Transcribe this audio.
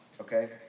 Okay